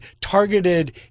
targeted